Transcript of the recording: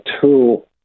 tool